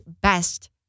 best